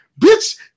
Bitch